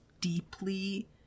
deeply